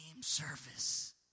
service